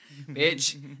Bitch